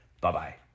Bye-bye